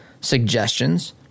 suggestions